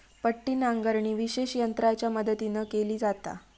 पट्टी नांगरणी विशेष यंत्रांच्या मदतीन केली जाता